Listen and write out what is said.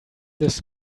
this